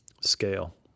scale